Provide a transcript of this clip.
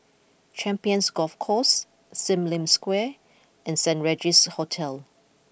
Champions Golf Course Sim Lim Square and Saint Regis Hotel